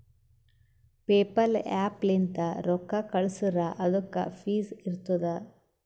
PayPal app ಲಿಂತ್ ರೊಕ್ಕಾ ಕಳ್ಸುರ್ ಅದುಕ್ಕ ಫೀಸ್ ಇರ್ತುದ್